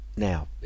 Now